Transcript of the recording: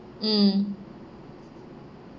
mm